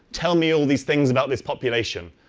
tell me all these things about this population.